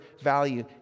value